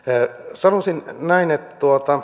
sanoisin näin että